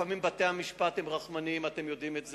לפעמים בתי-המשפט הם רחמנים, אתם יודעים את זה.